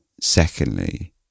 secondly